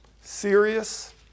serious